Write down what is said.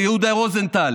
ליהודה רוזנטל,